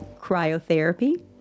cryotherapy